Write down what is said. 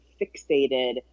fixated